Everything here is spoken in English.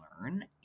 learn